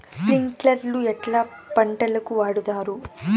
స్ప్రింక్లర్లు ఎట్లా పంటలకు వాడుతారు?